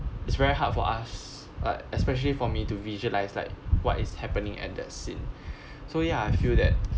it's very hard for us like especially for me to visualise like what is happening at that scene so ya I feel that